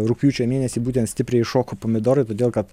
rugpjūčio mėnesį būtent stipriai iššoko pomidorai todėl kad